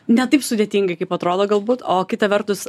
ne taip sudėtingai kaip atrodo galbūt o kita vertus